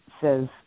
says